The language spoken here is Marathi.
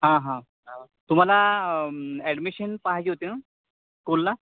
हां हां तुम्हाला ॲडमिशन पाहिजे होती ना कुलला